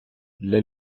для